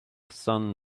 sun